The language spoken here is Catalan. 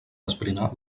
esbrinar